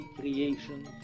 creation